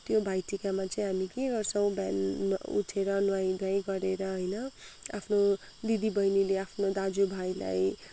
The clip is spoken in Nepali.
त्यो भाइ टिकामा चाहिँ हामी के गर्छौँ बिहान उठेर नुहाइधुवाइ गरेर होइन आफ्नो दिदी बहिनीले आफ्नो दाजुभाइलाई